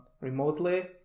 remotely